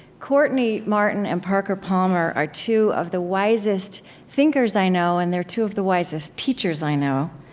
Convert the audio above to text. courtney martin and parker palmer are two of the wisest thinkers i know, and they're two of the wisest teachers i know,